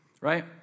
Right